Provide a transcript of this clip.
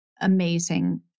amazing